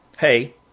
hey